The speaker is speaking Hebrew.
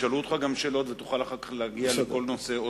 ישאלו אותך שאלות ותוכל אחר כך להגיע שוב לכל נושא.